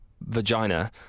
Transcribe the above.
vagina